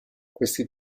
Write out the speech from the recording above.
questi